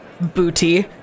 booty